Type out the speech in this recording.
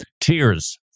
Tears